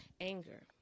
anger